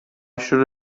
should